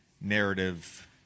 narrative